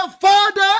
Father